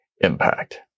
impact